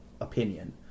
opinion